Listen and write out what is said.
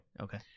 okay